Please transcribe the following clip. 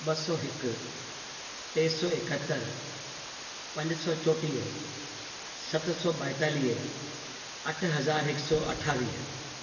ॿ सौ हिकु टे सौ एकहतरि पंज सौ चोटीह सत सौ ॿाएतालीह अठ हज़ार हिकु सौ अठावीह